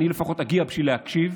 אני לפחות אגיע בשביל להקשיב,